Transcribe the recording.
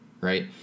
right